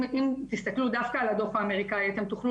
אם תסתכלו דווקא על הדו"ח האמריקאי תוכלו